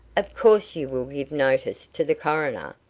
of course you will give notice to the coroner,